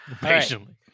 Patiently